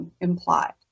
implied